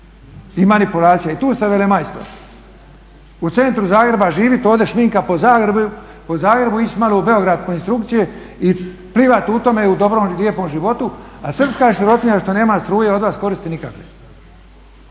i manipulacija i tu ste velemajstor. U centru Zagreba živite, ovdje šminka po Zagrebu, ići malo u Beograd po instrukcije i plivati u tome u dobrom i lijepom životu, a srpska sirotinja što nema struje od vas koristi nikakve.